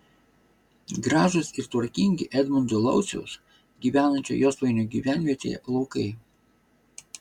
gražūs ir tvarkingi edmundo lauciaus gyvenančio josvainių gyvenvietėje laukai